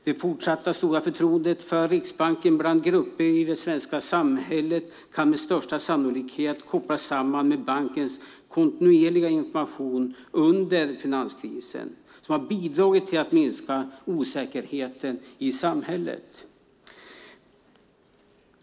Det fortsatt stora förtroendet för Riksbanken bland grupper i det svenska samhället kan med största sannolikhet kopplas samman med bankens kontinuerliga information under finanskrisen, som har bidragit till att minska osäkerheten i samhället.